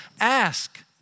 Ask